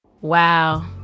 Wow